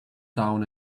down